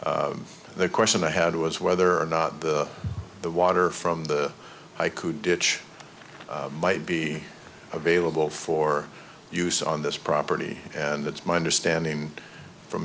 the question i had was whether or not the water from the i could ditch might be available for use on this property and that's my understanding from